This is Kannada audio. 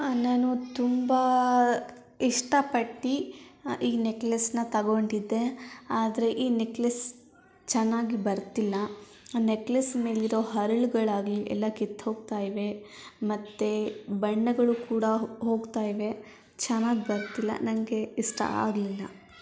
ನಾನು ತುಂಬ ಇಷ್ಟಪಟ್ಟು ಈ ನೆಕ್ಲೆಸನ್ನ ತಗೊಂಡಿದ್ದೆ ಆದರೆ ಈ ನೆಕ್ಲೆಸ್ ಚೆನ್ನಾಗಿ ಬರ್ತಿಲ್ಲ ನೆಕ್ಲೆಸ್ ಮೇಲಿರೋ ಹರಳುಗಳಾಗಲಿ ಎಲ್ಲ ಕಿತ್ತು ಹೋಗ್ತಾ ಇವೆ ಮತ್ತು ಬಣ್ಣಗಳು ಕೂಡ ಹೋಗ್ತಾ ಇವೆ ಚೆನ್ನಾಗಿ ಬರ್ತಿಲ್ಲ ನನಗೆ ಇಷ್ಟ ಆಗಲಿಲ್ಲ